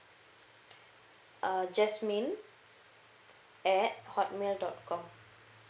uh jasmine at hotmail dot com